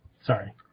Sorry